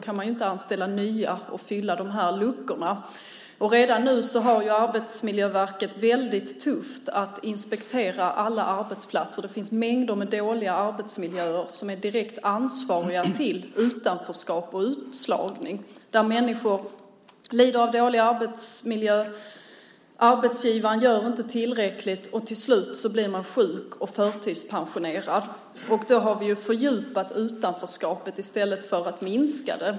Man kan inte anställa nya och fylla luckorna. Redan nu har man det på Arbetsmiljöverket tufft med att inspektera alla arbetsplatser. Det finns mängder av dåliga arbetsmiljöer som är direkt ansvariga för utanförskap och utslagning. Där lider människor av dålig arbetsmiljö, arbetsgivaren gör inte tillräckligt, och till slut blir personer sjuka och förtidspensionerade. Då har vi fördjupat utanförskapet i stället för att minska det.